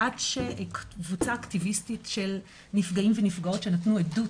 עד שקבוצה אקטיביסטית של נפגעים ונפגעות שנתנו עדות,